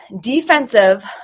Defensive